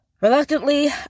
Reluctantly